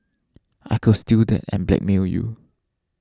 I could steal that and blackmail you